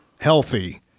healthy